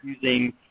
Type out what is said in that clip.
using